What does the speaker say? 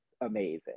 amazing